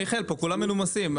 מיכאל, כולם פה מנומסים.